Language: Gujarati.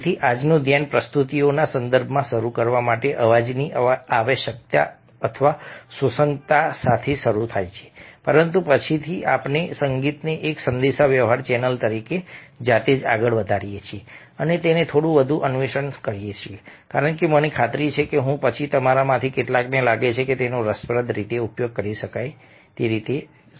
તેથી આજનું ધ્યાન પ્રસ્તુતિઓના સંદર્ભમાં શરૂ કરવા માટે અવાજની આવશ્યકતા અથવા સુસંગતતા સાથે શરૂ થાય છે પરંતુ પછીથી આપણે સંગીતને એક સંદેશાવ્યવહાર ચેનલ તરીકે જાતે જ આગળ વધારીએ છીએ અને તેને થોડું વધુ અન્વેષણ કરીએ છીએ કારણ કે મને ખાતરી છે કે હું પછી તમારામાંથી કેટલાકને લાગે છે કે તેનો રસપ્રદ રીતે ઉપયોગ કરી શકાય છે